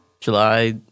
July